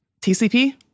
TCP